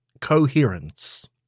Coherence